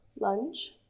lunge